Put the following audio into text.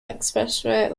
expressway